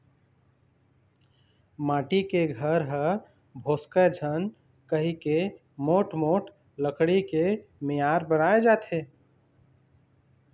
माटी के घर ह भोसकय झन कहिके मोठ मोठ लकड़ी के मियार बनाए जाथे